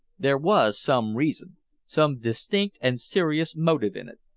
there was some reason some distinct and serious motive in it.